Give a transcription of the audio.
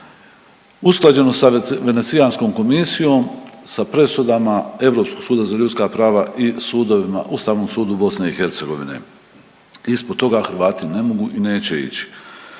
usklađeno sa Venecijanskom komisijom, sa presudama Europskog suda za ljudska prava i sudovima u samom sudu BiH. Ispod toga Hrvati ne mogu i neće ići.